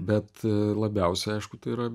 bet labiausiai aišku tai yra